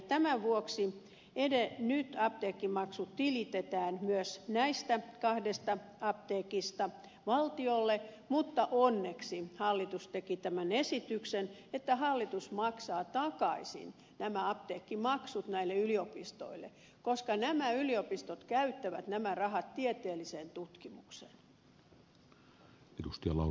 tämän vuoksi nyt apteekkimaksut tilitetään myös näistä kahdesta apteekista valtiolle mutta onneksi hallitus teki tämän esityksen että hallitus maksaa takaisin nämä apteekkimaksut näille yliopistoille koska nämä yliopistot käyttävät nämä rahat tieteelliseen tutkimukseen